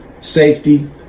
safety